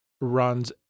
runs